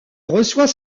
reçoit